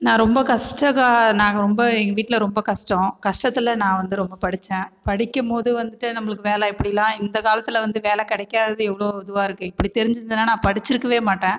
நான் ரொம்ப கஷ்ட கா நாங்கள் ரொம்ப எங்கள் வீட்டில் ரொம்ப கஷ்டம் கஷ்டத்தில் நான் வந்து ரொம்ப படித்தேன் படிக்கும் போது வந்துட்டு நம்மளுக்கு வேலை எப்படிலா இந்தக் காலத்தில் வந்து வேலை கிடைக்காதது எவ்வளோ இதுவாக இருக்கு இப்படி தெரிஞ்சிருந்ததுனா நான் படித்திருக்கவே மாட்டேன்